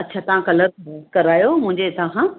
अच्छा तव्हां कलर करायो मुंहिंजे हितां खां